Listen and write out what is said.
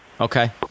Okay